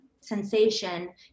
sensation